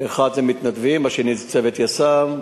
האחד זה מתנדבים, האחר זה צוות יס"מ.